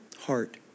heart